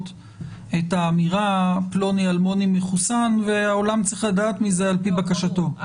את האמירה פלוני אלמוני מחוסן והעולם צריך לדעת מזה על פי בקשתו,